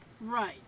Right